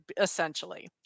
essentially